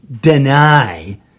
deny